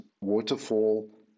Waterfall